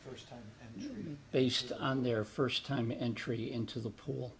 first based on their first time entry into the pool